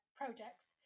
projects